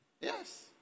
Yes